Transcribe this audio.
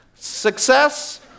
Success